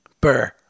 Burr